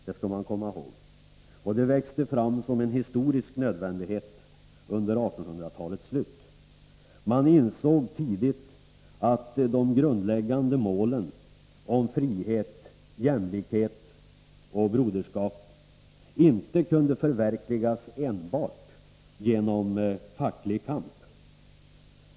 Det skall man komma ihåg. Den växte fram som en historisk nödvändighet under 1800-talets slut. Man insåg tidigt att de grundläggande målen frihet, jämlikhet och broderskap inte kunde förverkligas enbart genom facklig kamp.